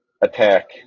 attack